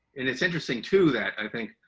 and it's interesting too, that i think,